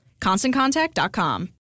ConstantContact.com